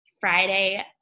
Friday